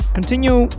continue